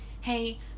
hey